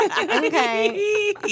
Okay